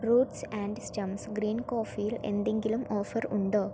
roots and stems green കോഫിയിൽ എന്തെങ്കിലും offer ഉണ്ടോ